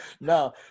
no